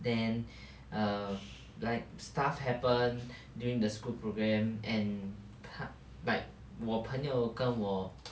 then err like stuff happen during the school program and pa~ like 我朋友跟我